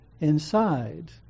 inside